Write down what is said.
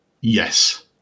Yes